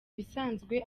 bisanzwe